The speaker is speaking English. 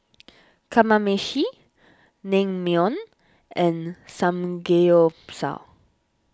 Kamameshi Naengmyeon and Samgeyopsal